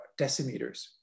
decimeters